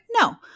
No